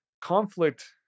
conflict